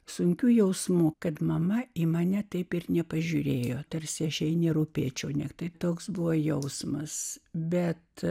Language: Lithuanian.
sunkiu jausmu kad mama į mane taip ir nepažiūrėjo tarsi ežiai nerūpėčiau ne tai toks buvo jausmas bet